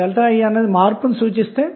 52W లభిస్తుంది